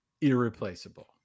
irreplaceable